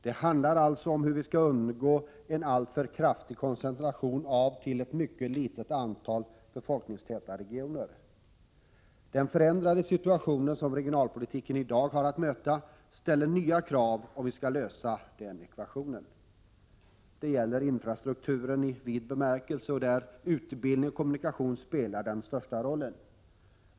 Det handlar om hur vi skall undgå en alltför kraftig koncentration till ett mycket litet antal befolkningstäta regioner. Den förändrade situation som regionalpolitiken i dag har att möta ställer nya krav om ekvationen skall lösas. Det gäller infrastrukturen i vid bemärkelse, där utbildning och kommunikation spelar den största rollen.